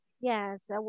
Yes